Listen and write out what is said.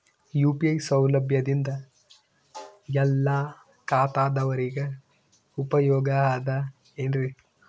UPI ಸೌಲಭ್ಯದಿಂದ ಎಲ್ಲಾ ಖಾತಾದಾವರಿಗ ಉಪಯೋಗ ಅದ ಏನ್ರಿ?